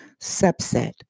subset